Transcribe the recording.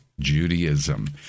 Judaism